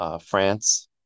France